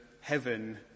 heaven